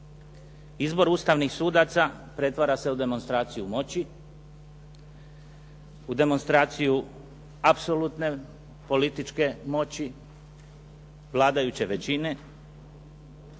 Izbor ustavnih sudaca pretvara se u demonstraciju moći, u demonstraciju apsolutne političke moći vladajuće većine